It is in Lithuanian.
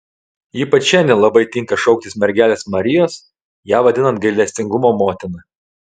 ypač šiandien labai tinka šauktis mergelės marijos ją vadinant gailestingumo motina